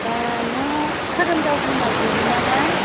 नों खोरोमदाउ बिमा जिरिना ना